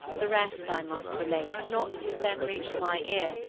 the rest i must relate, not as it then reached my ears,